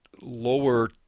lower